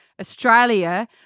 Australia